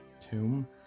tomb